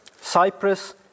Cyprus